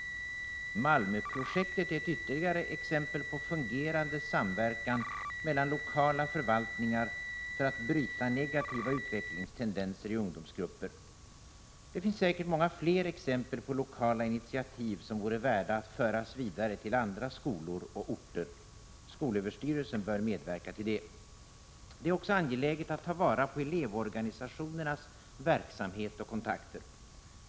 Malmöprojektet är ytterligare ett exempel på fungerande samverkan mellan lokala förvaltningar för att bryta negativa utvecklingstendenser i ungdomsgrupper. Det finns säkert många fler exempel på lokala initiativ som vore värda att föras vidare till andra skolor och orter. Skolöverstyrelsen bör medverka till detta. Det är också angeläget att ta vara på elevorganisationernas verksamhet och kontakter.